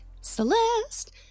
celeste